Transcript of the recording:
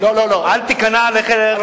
אל תיכנע להלך הרוח הזה.